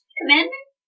commandment